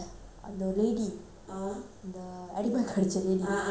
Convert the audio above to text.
அந்த அடிமகிடச்ச:antha adimakadicha lady அவுங்க கிட்ட போய் பேசுங்க:avunga kitta pooi pesunga